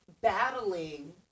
battling